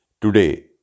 Today